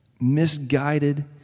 misguided